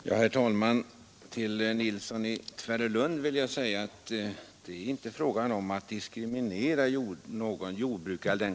Herr talman! Till herr Nilsson i Tvärålund vill jag säga att det inte är fråga om att diskriminera kategorin jordbrukare.